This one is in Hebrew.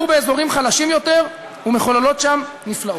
באזורים חלשים יותר ומחוללות שם נפלאות.